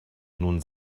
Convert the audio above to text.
nun